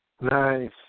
Nice